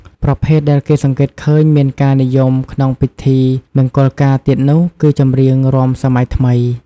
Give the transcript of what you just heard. ប្រភេទដែលគេសង្កេតឃើញមានការនិយមក្នុងពិធីមង្គលការទៀតនោះគឺចម្រៀងរាំសម័យថ្មី។